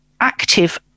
active